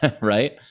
right